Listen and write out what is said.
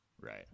right